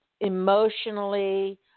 emotionally